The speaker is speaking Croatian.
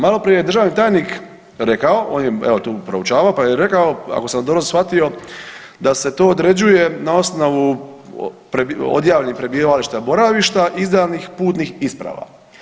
Maloprije je državni tajnik rekao, on je evo tu proučavao pa je rekao ako sam dobro shvatio da se to određuje na osnovu odjave prebivališta, boravišta izdanih putnih isprava.